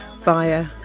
via